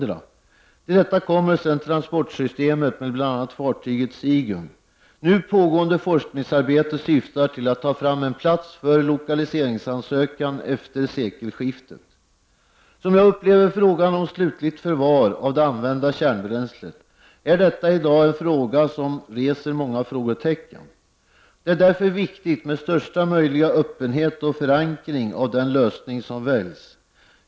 Till detta kommer sedan transportsystemet med bl.a. fartyget Sigyn. Det pågående forskningsarbetet syftar till att ta fram en plats för lokaliseringsansökan efter sekelskiftet. För mig reser frågan om slutligt förvar av det använda kärnbränslet i dag många frågetecken. Det är därför viktigt med största möjliga öppenhet och förankring av den lösning som väljs.